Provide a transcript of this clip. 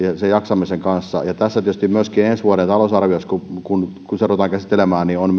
jaksamisen kanssa ja tietysti myöskin ensi vuoden talousarviossa kun sitä ruvetaan käsittelemään on